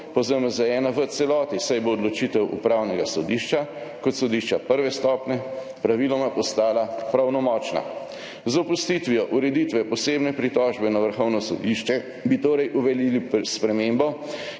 po ZMZ-1 v celoti, saj bo odločitev Upravnega sodišča kot sodišča prve stopnje praviloma postala pravnomočna. Z opustitvijo ureditve posebne pritožbe na Vrhovno sodišče bi torej uvedli spremembo,